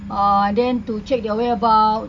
uh then to check their whereabouts